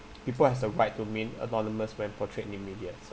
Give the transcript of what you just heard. people has the right to remain anonymous when portrayed in the media s~